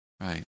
Right